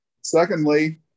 Secondly